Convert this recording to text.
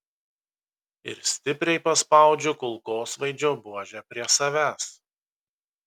ir stipriai paspaudžiu kulkosvaidžio buožę prie savęs